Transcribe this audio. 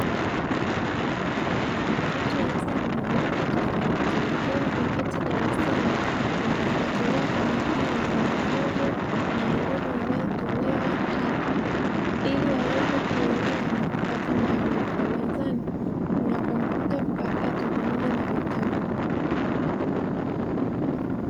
Watu wazima wa rika tofauti wakiwa wameketi darasani, wakifuatilia kwa umakini mafunzo na elimu inayotolewa hapo, ili waweze kuelewa na kupata maarifa. Mezani kuna kompyuta mpakato pamoja na vitabu.